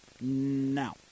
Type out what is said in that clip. now